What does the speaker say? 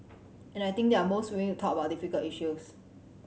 and I think they're most willing to talk about difficult issues